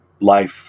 life